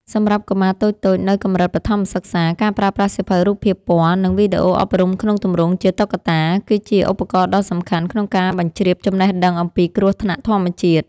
សម្រាប់កុមារតូចៗនៅកម្រិតបឋមសិក្សា ការប្រើប្រាស់សៀវភៅរូបភាពពណ៌ និងវីដេអូអប់រំក្នុងទម្រង់ជាតុក្កតា គឺជាឧបករណ៍ដ៏សំខាន់ក្នុងការបញ្ជ្រាបចំណេះដឹងអំពីគ្រោះថ្នាក់ធម្មជាតិ។